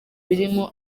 birimo